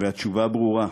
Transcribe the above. והתשובה ברורה.